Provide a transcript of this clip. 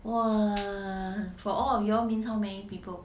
!wah! for all of you all means how many people